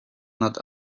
not